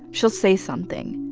she'll say something.